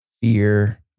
fear